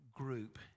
group